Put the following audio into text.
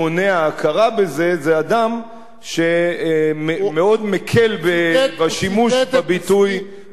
בזה זה אדם שמאוד מקל בשימוש בביטוי "רצח עם".